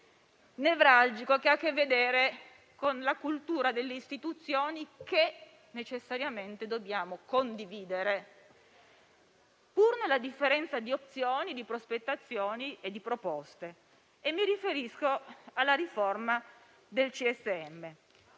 nevralgico che ha a che vedere con la cultura delle istituzioni, che necessariamente dobbiamo condividere, pur nella differenza di opzioni, di prospettazioni e di proposte. Mi riferisco alla riforma del CSM.